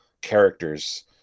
characters